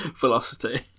Velocity